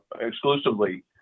exclusively